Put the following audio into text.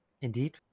Indeed